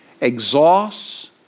exhausts